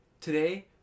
today